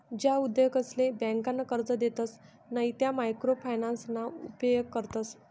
ज्या उद्योगसले ब्यांका कर्जे देतसे नयी त्या मायक्रो फायनान्सना उपेग करतस